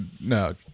No